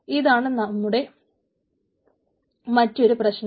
ഇതാണ് ഇവിടെ മറ്റൊരു വലിയ പ്രശ്നം